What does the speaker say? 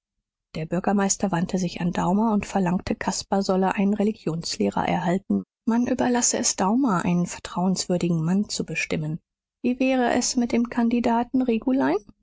der bürgermeister wandte sich an daumer und verlangte caspar solle einen religionslehrer erhalten man überlasse es daumer einen vertrauenswürdigen mann zu bestimmen wie wäre es mit dem